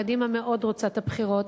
קדימה מאוד רוצה את הבחירות,